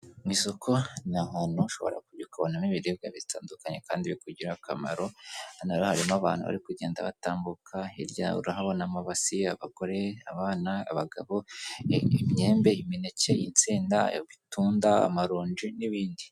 Ni isoko ni abantu ushobora kujya ukabonamo ibiribwa bitandukanye kandi bikugirira akamaro. Hano rero harimo abantu bari kugenda batambuka hirya urahabona amabasi, abagore, abana, abagabo, imyembe imineke, insenda, ibitunda, amaronji n'ibindi.